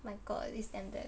my god this ended